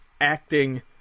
acting